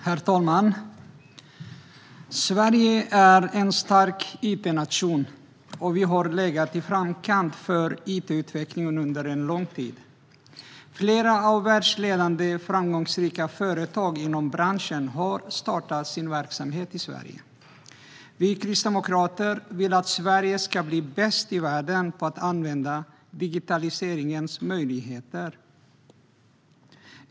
Herr talman! Sverige är en stark it-nation, och vi har legat i framkant för it-utvecklingen under lång tid. Flera världsledande, framgångsrika företag inom branschen har startat sin verksamhet i Sverige. Vi kristdemokrater vill att Sverige ska bli bäst i världen på att använda digitaliseringens möjligheter.